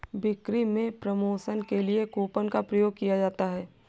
बिक्री में प्रमोशन के लिए कूपन का प्रयोग किया जाता है